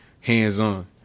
hands-on